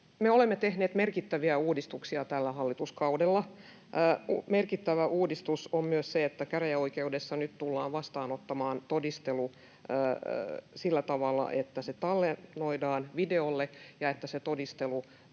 olemme tehneet merkittäviä uudistuksia tällä hallituskaudella. Merkittävä uudistus on myös se, että käräjäoikeudessa nyt tullaan vastaanottamaan todistelu sillä tavalla, että se tallennetaan videolle ja se todistelu